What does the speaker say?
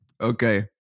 Okay